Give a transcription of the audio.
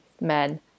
men